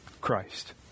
Christ